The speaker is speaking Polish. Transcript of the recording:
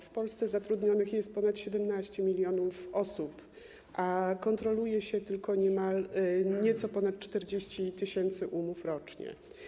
W Polsce zatrudnionych jest ponad 17 mln osób, a kontroluje się tylko nieco ponad 40 tys. umów rocznie.